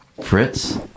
fritz